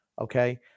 Okay